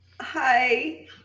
Hi